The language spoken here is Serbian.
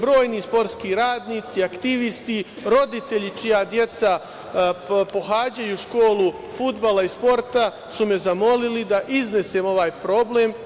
Brojni sportskim radnici, aktivisti, roditelji čija deca pohađaju školu fudbala i sporta su me zamolili da iznesem ovaj problem.